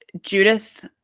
Judith